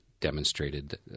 demonstrated